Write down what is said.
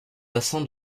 bassin